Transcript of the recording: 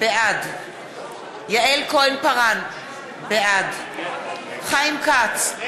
בעד יעל כהן-פארן, בעד חיים כץ,